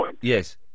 Yes